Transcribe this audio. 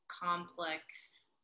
complex